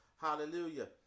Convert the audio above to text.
Hallelujah